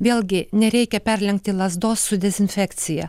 vėlgi nereikia perlenkti lazdos su dezinfekcija